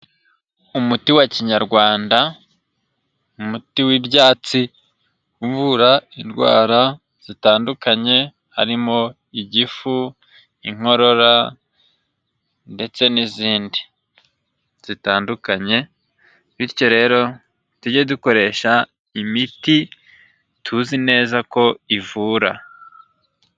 Umuti wa Kinyarwanda muti w'ibyatsi uvura indwara zitandukanye harimo igifu, inkorora ndetse n'izindi zitandukanye bityo rero tujye dukoresha imiti tuzi neza ko ivura.